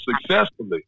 successfully